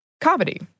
comedy